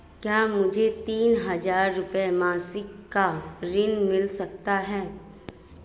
क्या मुझे तीन हज़ार रूपये मासिक का ऋण मिल सकता है?